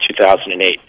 2008